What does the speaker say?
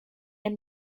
and